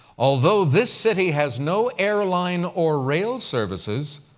although this city has no airline or rail services,